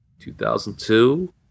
2002